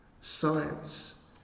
science